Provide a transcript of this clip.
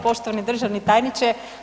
Poštovani državni tajniče.